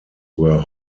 were